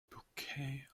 bouquet